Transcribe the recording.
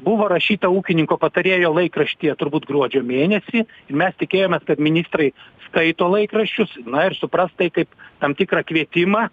buvo rašyta ūkininko patarėjo laikraštyje turbūt gruodžio mėnesį mes tikėjomės kad ministrai skaito laikraščius na ir suprast tai kaip tam tikrą kvietimą